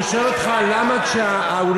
אני שואל אותך למה כשהאולם,